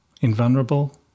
invulnerable